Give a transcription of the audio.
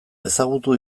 ezagutu